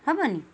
ହବନି